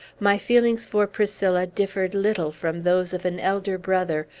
my feelings for priscilla differed little from those of an elder brother,